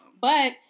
But-